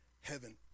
heaven